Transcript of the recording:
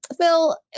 Phil